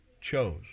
chose